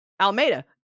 Almeida